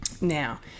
now